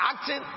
acting